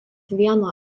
vieno